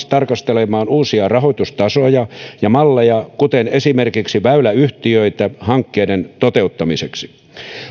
tarkastelemaan uusia rahoitustasoja ja malleja kuten esimerkiksi väyläyhtiöitä hankkeiden toteuttamiseksi